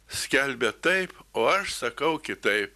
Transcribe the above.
skelbė taip o aš sakau kitaip